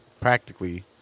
practically